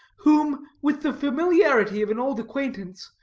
whom, with the familiarity of an old acquaintance,